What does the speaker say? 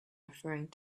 referring